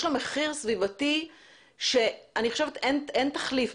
יש לו מחיר סביבתי שאני חושבת שאין תחליף.